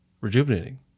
rejuvenating